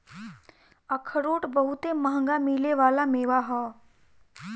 अखरोट बहुते मंहगा मिले वाला मेवा ह